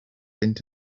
into